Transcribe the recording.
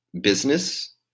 business